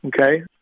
okay